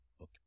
okay